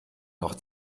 noch